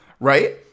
Right